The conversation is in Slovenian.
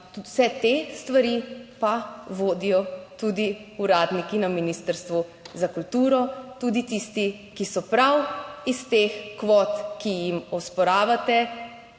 vse te stvari pa vodijo tudi uradniki na Ministrstvu za kulturo, tudi tisti, ki so prav iz teh kvot, ki jim osporavate,